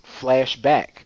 Flashback